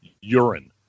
urine